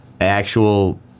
actual